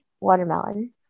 watermelon